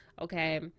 Okay